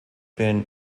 been